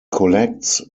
collects